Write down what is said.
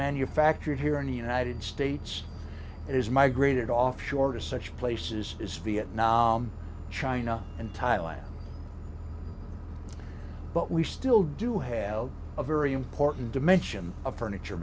manufactured here any united states is migrated offshore to such places as vietnam china and thailand but we still do have a very important dimension of furniture